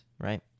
right